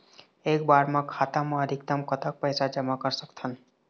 एक बार मा खाता मा अधिकतम कतक पैसा जमा कर सकथन?